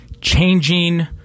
changing